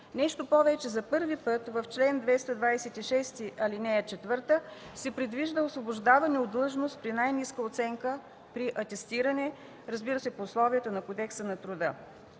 Нещо повече. За първи път в чл. 226, ал. 4 се предвижда освобождаване от длъжност при най-ниска оценка при атестиране, разбира се, по условията на Кодекса на труда.